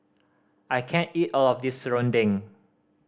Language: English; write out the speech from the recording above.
I can't eat all of this serunding